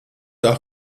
auch